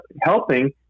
helping